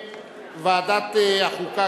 לדיון מוקדם בוועדה שתקבע ועדת הכנסת נתקבלה.